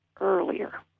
earlier